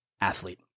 athlete